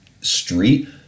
street